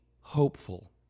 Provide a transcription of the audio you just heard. hopeful